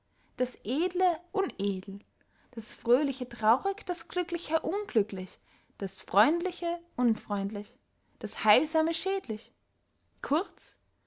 das edle unedel das fröliche traurig das glückliche unglücklich das freundliche unfreundlich das heilsame schädlich kurz